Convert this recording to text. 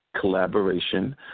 collaboration